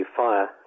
fire